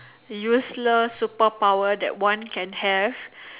useless superpower that one can have